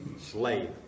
slave